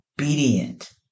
obedient